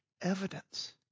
evidence